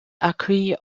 accueille